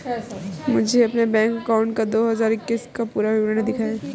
मुझे अपने bank account का दो हज़ार इक्कीस का पूरा विवरण दिखाएँ?